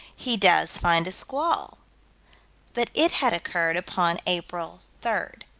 he does find a squall but it had occurred upon april third.